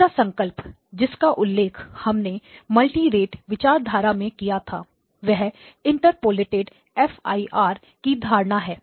दूसरा संकल्प जिसका उल्लेख हमने मल्टीरेट विचारधारा में किया था वह इंटरपोलेटेड एफ आई आर की धारणा है